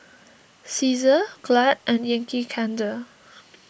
Cesar Glad and Yankee Candle